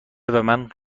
ومن